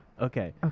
Okay